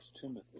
Timothy